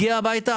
הגיע הביתה.